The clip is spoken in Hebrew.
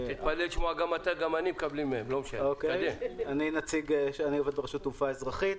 אני עובד רשות התעופה האזרחית.